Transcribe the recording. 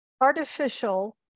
artificial